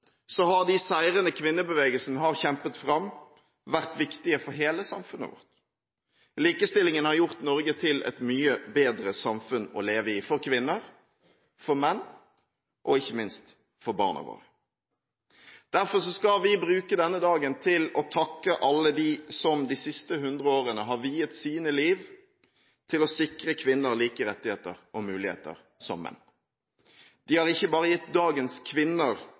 så har de seirene kvinnebevegelsen har kjempet fram, vært viktige for hele samfunnet vårt. Likestillingen har gjort Norge til et mye bedre samfunn å leve i – for kvinner, for menn og ikke minst for barna våre. Derfor skal vi bruke denne dagen til å takke alle dem som de siste 100 årene har viet sine liv til å sikre kvinner like rettigheter og muligheter som menn. De har ikke bare gitt dagens kvinner